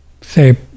say